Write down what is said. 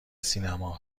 سینما